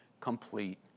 complete